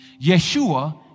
Yeshua